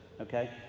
okay